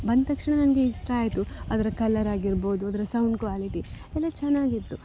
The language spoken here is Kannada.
ಬಂದ ತಕ್ಷಣ ನನಗೆ ಇಷ್ಟ ಆಯಿತು ಅದರ ಕಲರಾಗಿರ್ಬೋದು ಅದರ ಸೌಂಡ್ ಕ್ವಾಲಿಟಿ ಎಲ್ಲ ಚೆನ್ನಾಗಿತ್ತು